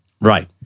Right